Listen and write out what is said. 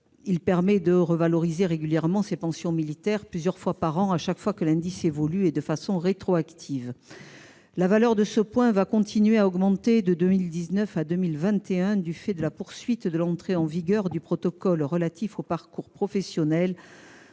Il permet de revaloriser les pensions militaires plusieurs fois par an, chaque fois que l'indice évolue, et de façon rétroactive. La valeur de ce point continuera à augmenter de 2019 à 2021, du fait de la poursuite de l'entrée en vigueur du protocole relatif aux parcours professionnels,